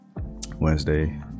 wednesday